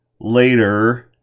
later